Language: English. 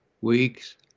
weeks